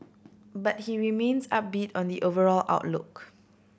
but he remains upbeat on the overall outlook